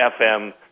FM